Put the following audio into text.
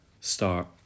start